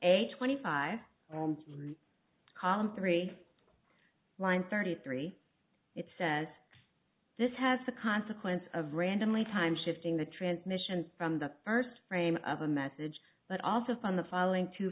a twenty five column three line thirty three it says this has the consequence of randomly time shifting the transmission from the first frame of a message but also from the following two